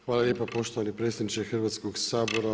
Hvala lijepa poštovani predsjedniče Hrvatskog sabora.